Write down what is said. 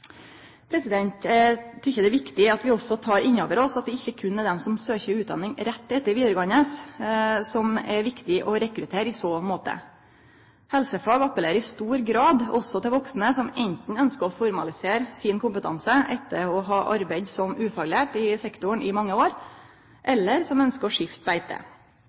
det er viktig at vi òg tar inn over oss at det ikkje berre er dei som søkjer utdanning rett etter vidaregåande, som det er viktig å rekruttere i så måte. Helsefag appellerer i stor grad òg til vaksne som anten ønskjer å formalisere sin kompetanse etter å ha arbeidd som ufaglært i sektoren i mange år, eller som ønskjer å skifte beite.